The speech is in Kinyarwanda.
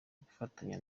gufatanya